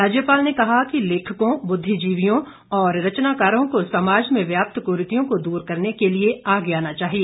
राज्यपाल ने कहा कि लेखकों बुद्दिजीवियों और रचनाकारों को समाज में व्याप्त कुरीतियों को दूर करने के लिए आगे आना चाहिए